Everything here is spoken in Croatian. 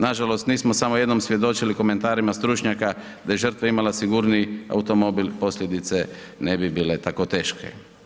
Nažalost, nismo samo jednom svjedočili komentarima stručnjaka da je žrtva imala sigurniji automobil, posljedice ne bi bile tako teške.